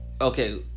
okay